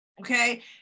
Okay